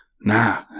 Nah